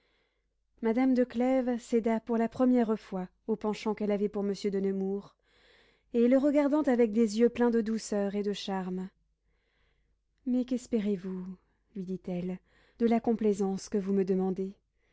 madame de clèves céda pour la première fois au penchant qu'elle avait pour monsieur de nemours et le regardant avec des yeux pleins de douceur et de charmes mais qu'espérez-vous lui dit-elle de la complaisance que vous me demandez